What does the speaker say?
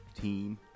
team